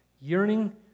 Yearning